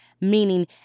meaning